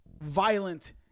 Violent